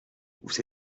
vous